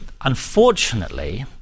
unfortunately